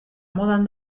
modan